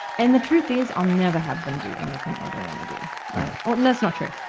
and the truth is, i'll never have them do anything they don't wanna do, right. well, that's not true.